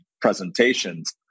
presentations